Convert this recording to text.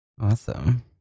Awesome